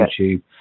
YouTube